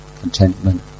contentment